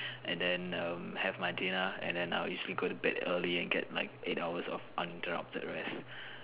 and then um have my dinner and then I will usually go to bed early and get like eight hours of uninterrupted rest